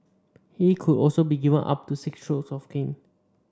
he could also be given up to six strokes of the cane